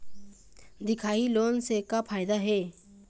दिखाही लोन से का फायदा हे?